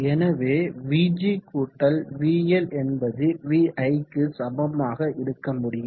எனவே vg vL என்பது viக்கு சமமாக இருக்க முடியும்